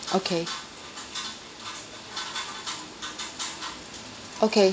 okay okay